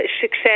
success